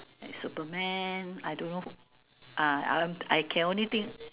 like Superman I don't know who uh I I can only think